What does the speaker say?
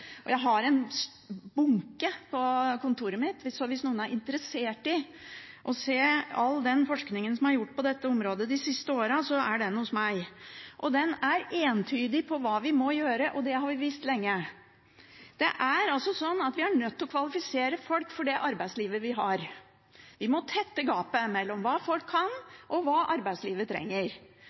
Jeg har en bunke på kontoret mitt, så hvis noen er interessert i å se all den forskningen som er gjort på dette området de siste årene, er den hos meg. Den er entydig på hva vi må gjøre, og det har vi visst lenge. Vi er nødt til å kvalifisere folk for det arbeidslivet vi har. Vi må tette gapet mellom hva folk kan, og hva arbeidslivet trenger.